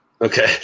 Okay